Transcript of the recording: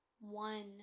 one